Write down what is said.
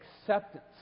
acceptance